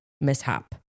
mishap